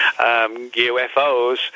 UFOs